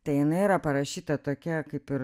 tai jinai yra parašyta tokia kaip ir